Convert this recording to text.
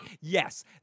Yes